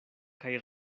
kaj